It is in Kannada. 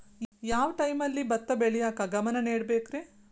ಯಾವ್ ಟೈಮಲ್ಲಿ ಭತ್ತ ಬೆಳಿಯಾಕ ಗಮನ ನೇಡಬೇಕ್ರೇ?